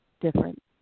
different